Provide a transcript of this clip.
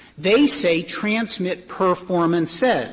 they say transmit performances.